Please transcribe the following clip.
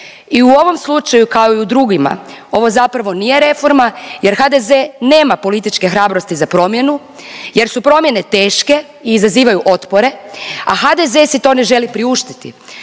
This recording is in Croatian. I u ovom slučaju kao i u drugima ovo zapravo nije reforma jer HDZ nema političke hrabrosti za promjenu jer su promjene teške i izazivaju otpore, a HDZ si to ne želi priuštiti